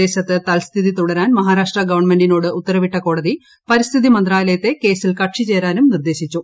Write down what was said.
പ്രദേശത്ത് തൽസ്ഥിതി തുടരാൻ മഹാരാഷ്ട്ര ഗവൺമെന്റിനോട് ഉത്തരവിട്ട കോടതി പരിസ്ഥിതി മന്ത്രാലയത്തെ കേസിൽ കക്ഷി ചേരാനും നിർദ്ദേശിച്ചു